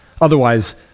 Otherwise